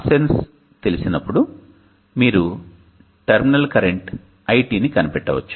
RSENSE తెలిసినప్పుడు మీరు terminal current IT ని కనిపెట్టవచ్చు